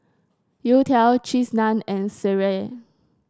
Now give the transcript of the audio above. youtiao Cheese Naan and sireh